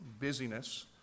busyness